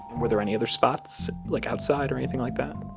were there any other spots, like outside or anything like that?